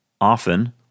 Often